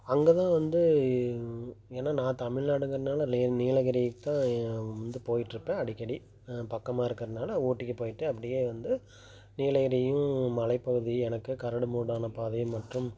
அங்கே தான் வந்து ஏனால் நான் தமிழ்நாடுங்கிறனாலே நீலகிரிக்குத்தான் ஏ வந்து போயிட்டிருப்பேன் அடிக்கடி பக்கமாக இருக்கிறனால ஊட்டிக்கு போயிட்டு அப்படியே வந்து நீலகிரியும் மலைப்பகுதியும் எனக்கு கரடுமுரடான பாதையும் மற்றும்